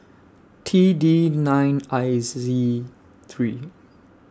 T D nine I Z three